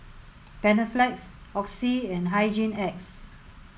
Panaflex Oxy and Hygin X